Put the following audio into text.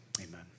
amen